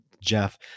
Jeff